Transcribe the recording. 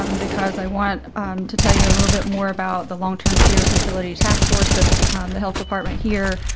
um because i want to tell you a little bit more about the long term care facility task force the the health department here,